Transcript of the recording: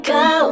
go